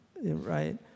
right